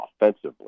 offensively